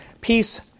peace